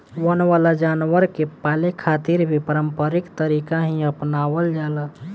वन वाला जानवर के पाले खातिर भी पारम्परिक तरीका ही आपनावल जाला